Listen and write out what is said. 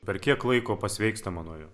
per kiek laiko pasveikstama nuo jo